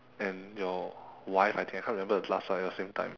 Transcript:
and your wife I think I can't remember the last part at the same time